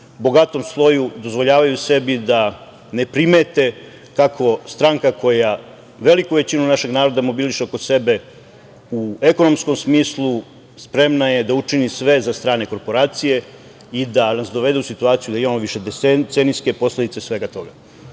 bogatom sloju, dozvoljavaju sebi da ne primete kako stranka koja veliku većinu našeg naroda mobiliše oko sebe u ekonomskom smislu, spremna je da učini sve za strane korporacije i da nas dovede u situaciju da imamo višedecenijske posledice svega toga. Iz